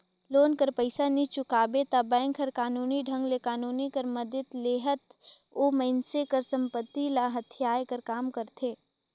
loan कर पइसा नी चुकाबे ता बेंक हर कानूनी ढंग ले कानून कर मदेत लेहत ओ मइनसे कर संपत्ति ल हथियाए कर काम करथे